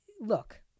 look